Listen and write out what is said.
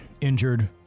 injured